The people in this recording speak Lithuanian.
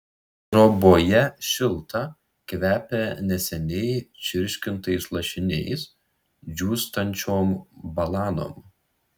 troboje šilta kvepia neseniai čirškintais lašiniais džiūstančiom balanom